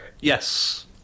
Yes